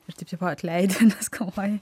ir tu tipo atleidi galvoj